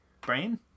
brain